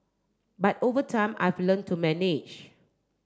but over time I've learnt to manage